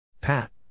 Pat